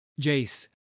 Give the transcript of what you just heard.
Jace